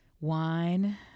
wine